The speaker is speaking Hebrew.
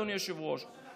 אדוני היושב-ראש,